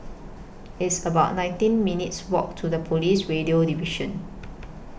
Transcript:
It's about nineteen minutes' Walk to The Police Radio Division